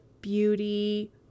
beauty